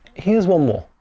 here's one more